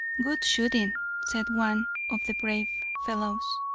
good shooting, said one of the brave fellows.